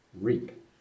reap